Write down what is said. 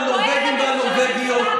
הנורבגים והנורבגיות,